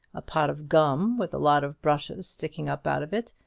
a pot of gum with a lot of brushes sticking up out of it,